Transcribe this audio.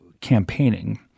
campaigning